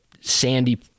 sandy